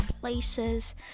places